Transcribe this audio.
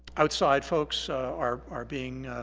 outside folks are are being